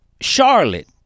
Charlotte